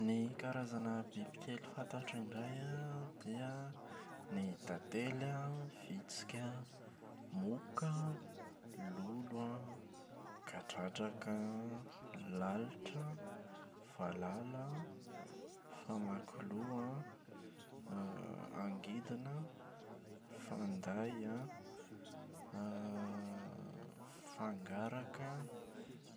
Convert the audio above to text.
Ny karazana bibikely fantatro indray an, dia ny tantely an, vitsika an, moka, lolo an, kadradraka an, lalitra an, valala an, famakiloha an, angidina an, fanday an, fangaraka an.